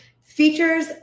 Features